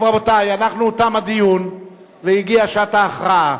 טוב, רבותי, תם הדיון והגיעה שעת ההכרעה.